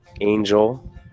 angel